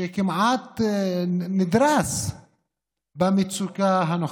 שכמעט נדרס במצוקה הנוכחית.